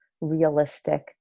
realistic